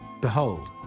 Behold